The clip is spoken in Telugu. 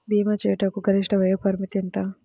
భీమా చేయుటకు గరిష్ట వయోపరిమితి ఎంత?